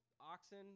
oxen